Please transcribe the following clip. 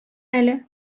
әле